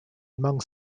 among